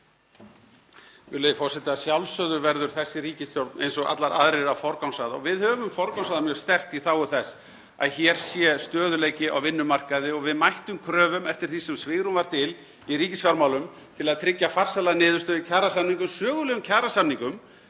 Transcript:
Virðulegur forseti. Að sjálfsögðu verður þessi ríkisstjórn eins og alla aðrar að forgangsraða og við höfum forgangsraðað mjög sterkt í þágu þess að hér sé stöðugleiki á vinnumarkaði og við mættum kröfum eftir því sem svigrúm var til í ríkisfjármálum til að tryggja farsæla niðurstöðu í kjarasamningum, sögulegum kjarasamningum,